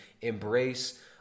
embrace